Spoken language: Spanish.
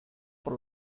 por